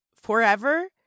forever